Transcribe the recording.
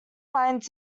mines